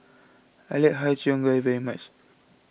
I like Har Cheong Gai very much